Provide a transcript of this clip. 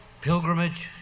pilgrimage